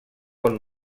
con